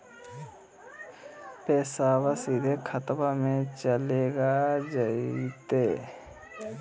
पैसाबा सीधे खतबा मे चलेगा जयते?